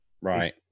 Right